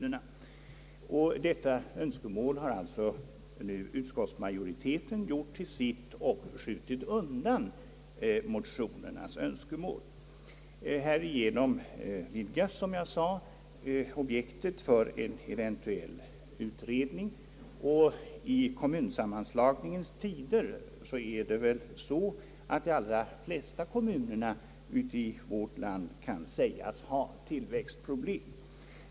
Detta önskemål har nu utskottsmajoriteten gjort till sitt och skjutit undan motionernas önskemål. Härigenom vidgas, som jag sade, objektet för en eventuell utredning. I kommunsammanslagningens tider är det väl också så att de allra flesta kommuner i vårt land kan sägas ha tillväxtproblem.